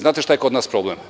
Znate šta je kod nas problem?